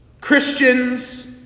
Christians